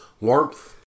warmth